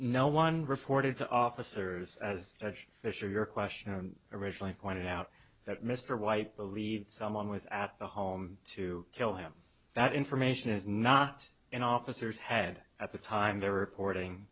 no one reported to officers as edge fisher your question originally pointed out that mr white believes someone was at the home to kill him that information is not in officers had at the time they were reporting